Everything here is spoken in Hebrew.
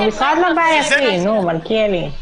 המשרד לא בעייתי, מלכיאלי.